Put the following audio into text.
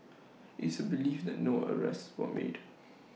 IT is believed that no arrests were made